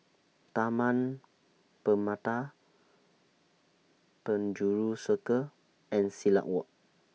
Taman Permata Penjuru Circle and Silat Walk